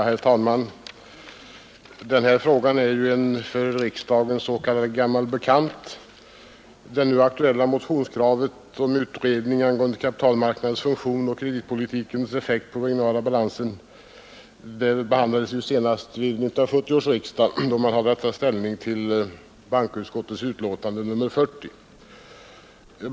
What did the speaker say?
Herr talman! Denna fråga är en s.k. gammal bekant för riksdagen. Det nu aktuella motionskravet på utredning angående kapitalmarknadens funktion och kreditpolitikens effekt på den regionala balansen behandla des senast vid 1970 års riksdag, då man hade att ta ställning till Nr 128 FENFOREKOTE yr nr 41.